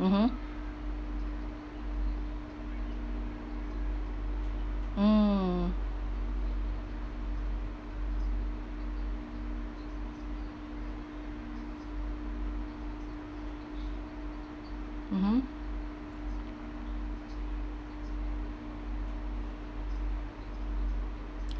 mmhmm mm mmhmm